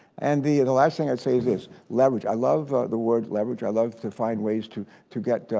and the the last thing i'd say is this, leverage. i love the word leverage. i love to find ways to to get,